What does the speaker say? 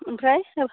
ओमफ्राय हेल्फ